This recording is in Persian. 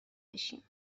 بشیم